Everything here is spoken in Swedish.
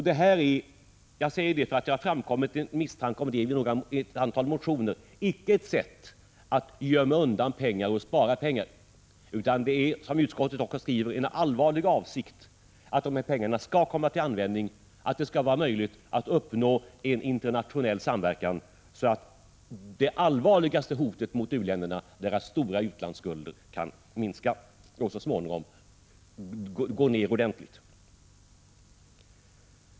Detta är icke — jag säger det för att det har framkommit misstanke därom i ett antal motioner — ett sätt att gömma undan pengar och spara pengar, utan det är, som utskottet skriver, en allvarlig avsikt att dessa pengar skall komma till användning, att det skall vara möjligt att uppnå en internationell samverkan så att det allvarligaste hotet mot u-länderna, dvs. deras stora u-landsskulder, kan minska och så småningom gå ner ordentligt.